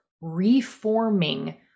reforming